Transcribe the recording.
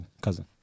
cousin